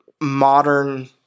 modern